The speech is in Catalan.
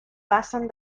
passen